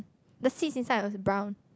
the seats inside was brown